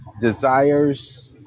desires